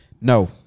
No